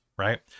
right